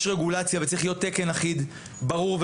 יש רגולציה, וצריך להיות תקן אחיד, ברור.